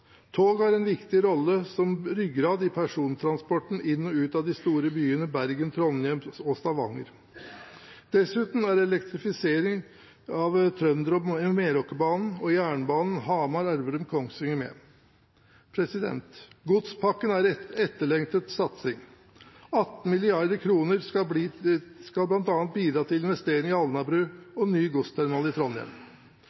har en viktig rolle som ryggrad i persontransporten inn og ut av de store byene Bergen, Trondheim og Stavanger. Dessuten er elektrifisering av Trønderbanen og Meråkerbanen og jernbanen Hamar–Elverum–Kongsvinger med. Godspakken er en etterlengtet satsing. 18 mrd. kr skal bl.a. bidra til investeringer på Alnabru